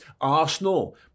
Arsenal